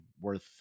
worth